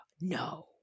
no